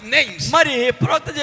Names